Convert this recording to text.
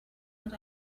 that